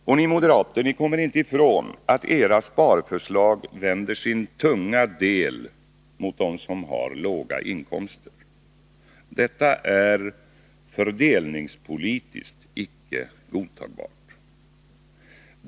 Och ni moderater kommer inte ifrån att era sparförslag vänder sin tunga del emot dem som har låga inkomster. Detta är fördelningspolitiskt icke godtagbart.